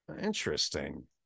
Interesting